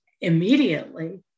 immediately